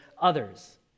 others